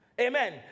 Amen